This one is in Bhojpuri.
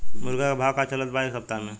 मुर्गा के भाव का चलत बा एक सप्ताह से?